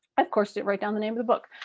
of course didn't write down the name of the book.